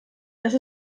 dass